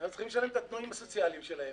אנחנו צריכים לשלם את התנאים הסוציאליים שלהם.